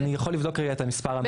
אני יכול רגע לבדוק את המספר המדויק.